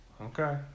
Okay